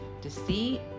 deceit